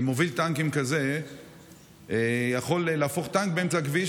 אם מוביל טנקים כזה יכול להפוך טנק באמצע הכביש